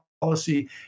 policy